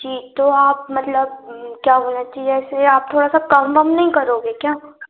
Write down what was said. जी तो आप मतलब क्या बोले कि जैसे आप थोड़ा सा कम वम नहीं करोगे क्या